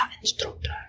Instructor